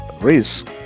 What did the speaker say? risk